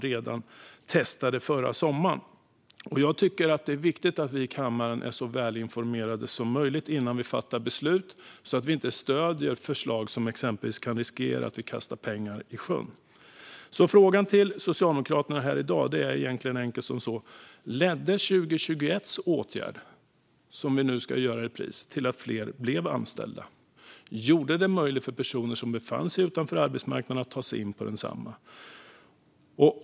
Jag tycker dock att det är viktigt att vi här i kammaren är så välinformerade som möjligt innan vi fattar beslut så att vi inte stöder förslag där vi riskerar att kasta pengar i sjön. Mina frågor till Socialdemokraterna är därför: Ledde 2021 års åtgärd, som nu ska gå i repris, till att fler blev anställda? Gjorde den det möjligt för personer som befann sig utanför arbetsmarknaden att ta sig in på densamma?